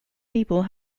people